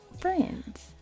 friends